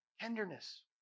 tenderness